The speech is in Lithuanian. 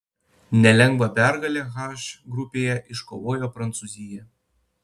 nelengvą pergalę h grupėje iškovojo prancūzija